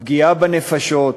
הפגיעה בנפשות,